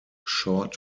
short